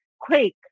quick